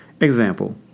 Example